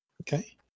Okay